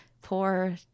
poor